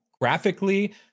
graphically